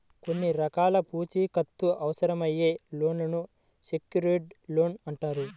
కొన్ని రకాల పూచీకత్తు అవసరమయ్యే లోన్లను సెక్యూర్డ్ లోన్లు అంటారు